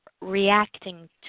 reacting